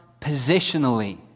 positionally